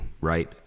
right